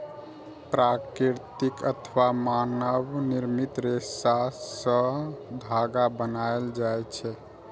प्राकृतिक अथवा मानव निर्मित रेशा सं धागा बनायल जाए छै